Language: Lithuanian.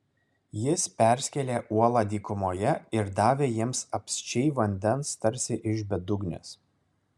jis perskėlė uolą dykumoje ir davė jiems apsčiai vandens tarsi iš bedugnės